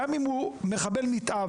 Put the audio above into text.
גם אם הוא מחבל נתעב.